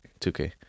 2K